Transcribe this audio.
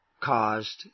caused